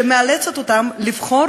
שמאלצת אותם לבחור